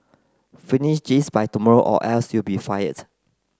finish this by tomorrow or else you'll be fired